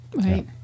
Right